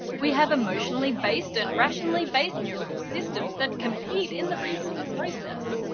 we have emotion-based and rationally-based neural systems that compete in the reasoning process.